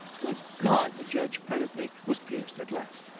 good god! the judge's panoply was pierced at last.